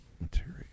material